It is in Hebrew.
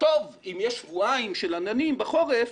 שאם יש שבועיים של עננים בחורף,